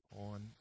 on